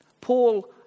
Paul